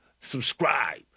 subscribe